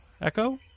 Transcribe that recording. Echo